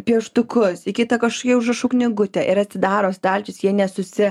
pieštukus į kitą kažkokią užrašų knygutę ir atidaro stalčius jie nesusi